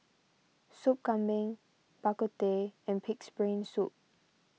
Sop Kambing Bak Kut Teh and Pig's Brain Soup